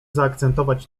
zaakcentować